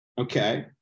Okay